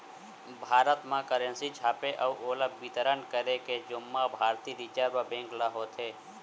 भारत म करेंसी छापे अउ ओला बितरन करे के जुम्मा भारतीय रिजर्व बेंक ल होथे